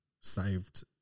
Saved